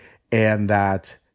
and that